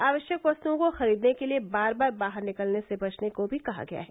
आवश्यक वस्त्ओं को खरीदने के लिए बार बार बाहर निकलने से बचने को भी कहा गया है